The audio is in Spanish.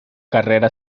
carrera